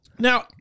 Now